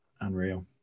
Unreal